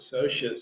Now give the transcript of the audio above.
Associates